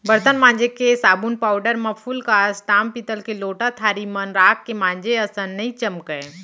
बरतन मांजे के साबुन पाउडर म फूलकांस, ताम पीतल के लोटा थारी मन राख के मांजे असन नइ चमकय